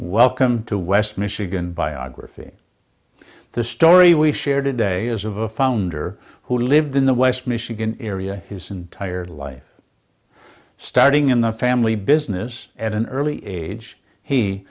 welcome to west michigan biography the story we share today is of a founder who lived in the west michigan area his entire life starting in the family business at an early age he